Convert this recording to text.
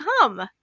come